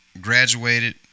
Graduated